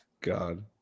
God